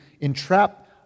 entrap